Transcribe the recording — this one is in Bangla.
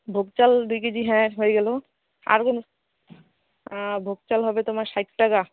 ভোগ চাল দুই কেজি হ্যাঁ হয়ে গেলো আর কোন ভোগ চাল হবে তোমার ষাট টাকা